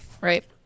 Right